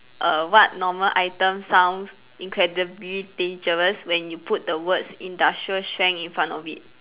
err what normal item sounds incredibly dangerous when you put the words industrial strength in front of it